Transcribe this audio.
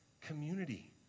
community